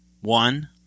one –